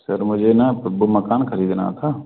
sir मुझे ना मकान ख़रीदना था